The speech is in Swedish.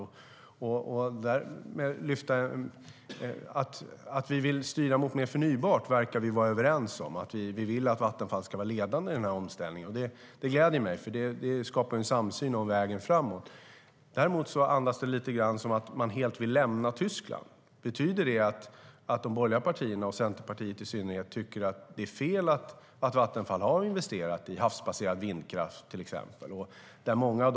Vi verkar vara överens om att vi vill styra mot mer förnybart och att vi vill att Vattenfall ska vara ledande i denna omställning. Det gläder mig eftersom det skapar en samsyn om vägen framåt. Däremot andas interpellationen lite grann att man helt vill lämna Tyskland. Betyder det att de borgerliga partierna och i synnerhet Centerpartiet tycker att det är fel att Vattenfall har investerat i till exempel havsbaserad vindkraft?